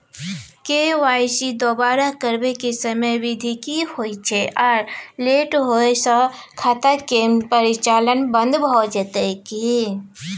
KYC दोबारा करबै के समयावधि की होय छै आ लेट होय स खाता के परिचालन बन्द भ जेतै की?